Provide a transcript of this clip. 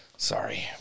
Sorry